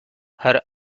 her